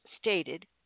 stated